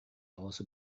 also